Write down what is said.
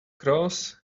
cross